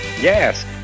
Yes